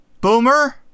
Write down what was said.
Boomer